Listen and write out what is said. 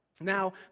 Now